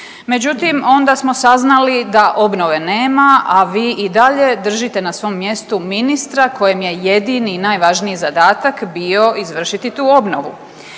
međutim onda smo saznali da obnove nema, a vi i dalje držite na svom mjestu ministra kojem je jedini i najvažniji zadatak bio izvršiti tu obnovu.